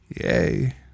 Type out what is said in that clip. Yay